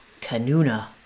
Canuna